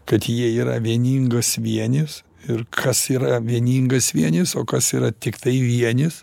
kad jie yra vieningas vienis ir kas yra vieningas vienis o kas yra tiktai vienis